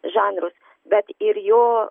žanrus bet ir jo